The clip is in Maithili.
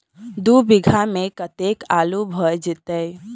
दु बीघा मे कतेक आलु भऽ जेतय?